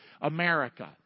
America